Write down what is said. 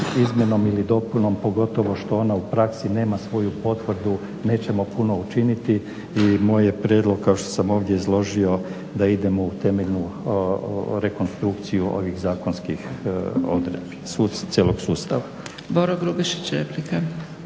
izmjenom ili dopunom pogotovo što ona u praksi nema svoju potvrdu, nećemo puno učiniti i moj je prijedlog kao što sam ovdje izložio da idemo u temeljnu rekonstrukciju ovih zakonskih odredbi cijelog sustava.